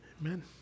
amen